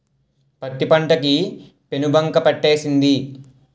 పత్తి పంట కి పేనుబంక పట్టేసింది